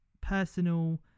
personal